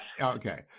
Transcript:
Okay